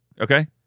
Okay